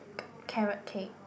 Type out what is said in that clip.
carrot cake